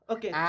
Okay